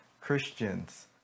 Christians